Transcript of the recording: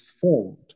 formed